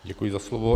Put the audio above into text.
Děkuji za slovo.